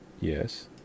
Yes